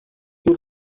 bir